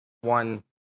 one